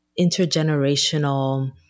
intergenerational